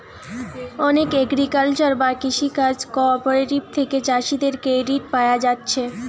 অনেক এগ্রিকালচারাল বা কৃষি কাজ কঅপারেটিভ থিকে চাষীদের ক্রেডিট পায়া যাচ্ছে